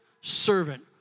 servant